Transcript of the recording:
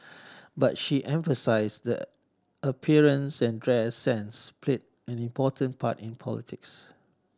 but she emphasised appearances and dress sense played an important part in politics